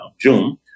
June